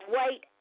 wait